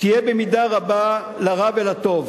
תהיה במידה רבה לרע ולטוב,